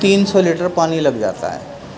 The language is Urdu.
تین سو لیٹر پانی لگ جاتا ہے